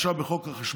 עכשיו בחוק החשמל,